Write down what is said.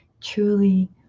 truly